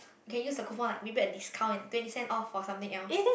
can use the coupon like maybe a discount and twenty cents off for something else